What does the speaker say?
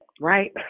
right